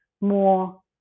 more